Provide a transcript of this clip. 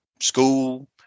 school